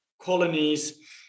colonies